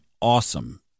awesome